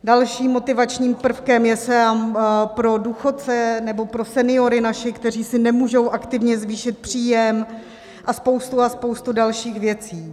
Dalším motivačním prvkem je pro důchodce nebo pro naše seniory, kteří si nemůžou aktivně zvýšit příjem, a spoustu a spoustu dalších věcí.